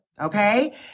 okay